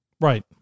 Right